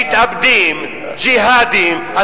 מתאבדים, ג'יהאדים.